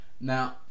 Now